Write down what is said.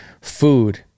food